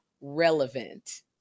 relevant